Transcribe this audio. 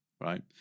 right